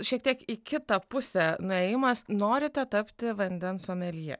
šiek tiek į kitą pusę nuėjimas norite tapti vandens someljė